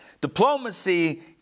diplomacy